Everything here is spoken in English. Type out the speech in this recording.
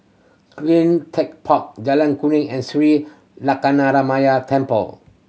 Clean Tech Park Jalan Kuring and Sri Temple